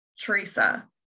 Teresa